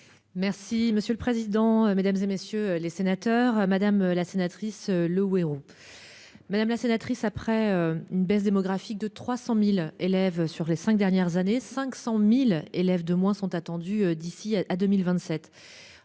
Merci monsieur le président, Mesdames, et messieurs les sénateurs, madame la sénatrice, le héros. Madame la sénatrice, après une baisse démographique de 300.000 élèves sur les 5 dernières années. 500.000 élèves de moins sont attendus d'ici à 2027,